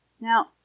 Now